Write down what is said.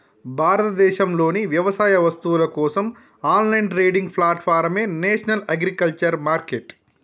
భారతదేశంలోని వ్యవసాయ వస్తువుల కోసం ఆన్లైన్ ట్రేడింగ్ ప్లాట్ఫారమే నేషనల్ అగ్రికల్చర్ మార్కెట్